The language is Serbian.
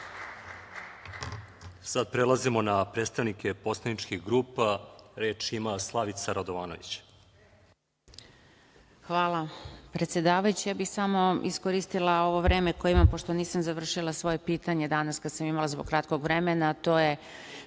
Sada prelazimo na predstavnike poslaničkih grupa. Reč ima Slavica Radovanović. **Slavica Radovanović** Hvala, predsedavajući. Samo bih iskoristila ovo vreme koje imam, pošto nisam završila svoje pitanje danas kada sam imala zbog kratkog vremena, a to je